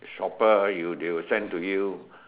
shopper you they will send to you